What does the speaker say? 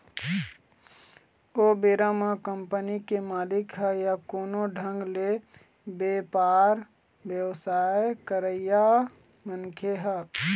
ओ बेरा म कंपनी के मालिक ह या कोनो ढंग ले बेपार बेवसाय करइया मनखे ह